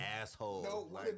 asshole